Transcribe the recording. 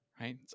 right